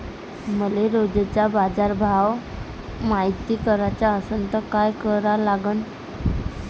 मले रोजचा बाजारभव मायती कराचा असन त काय करा लागन?